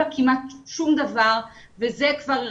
בעיניי יש כאן זלזול מחריד של הממשלה בכנסת ויותר גרוע,